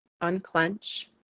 unclench